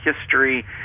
history